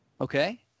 Okay